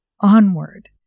onward